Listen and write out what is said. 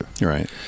Right